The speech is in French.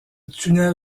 tunnel